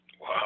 Wow